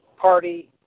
party